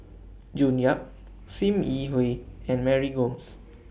June Yap SIM Yi Hui and Mary Gomes